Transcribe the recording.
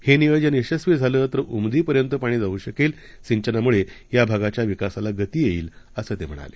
हे नियोजन यशस्वी झालं तर उमदीपर्यंत पाणी जाऊ शकेल सिंचनामुळे या भागाच्या विकासाला गती येईल असं ते म्हणाले